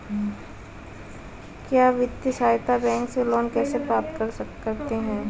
किसान वित्तीय सहायता बैंक से लोंन कैसे प्राप्त करते हैं?